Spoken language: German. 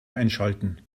einschalten